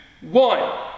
one